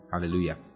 Hallelujah